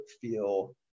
feel